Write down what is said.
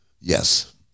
Yes